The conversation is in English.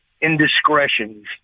indiscretions